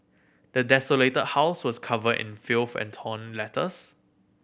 the desolated house was covered in filth and torn letters